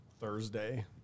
Thursday